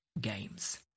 games